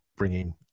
bringing